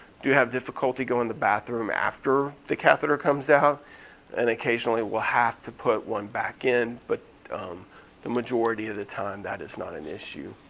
do have difficulty going to the bathroom after the catheter comes out and occasionally we'll have to put one back in, but the majority of the time that is not an issue.